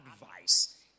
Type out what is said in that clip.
advice